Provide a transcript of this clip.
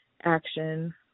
action